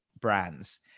brands